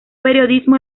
periodismo